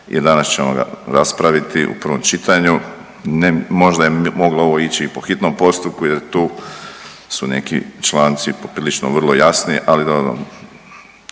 i danas ćemo ga raspraviti u prvom čitanju. Možda je moglo ovo ići i po hitnom postupku jer tu su neki članci poprilično vrlo jasni, ali dobro.